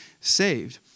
saved